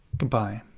goodbye!